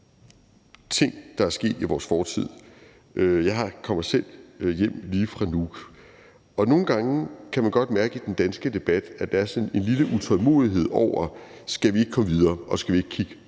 ting, der er sket i vores fortid. Jeg er selv lige kommet hjem fra Nuuk. Nogle gange kan man godt mærke i den danske debat, at der er sådan en lille utålmodighed: Skal vi ikke komme videre? Og skal vi ikke kigge